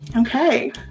Okay